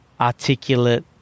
articulate